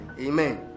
Amen